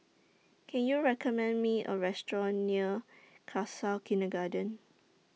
Can YOU recommend Me A Restaurant near Khalsa Kindergarten